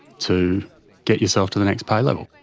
to get yourself to the next pay level.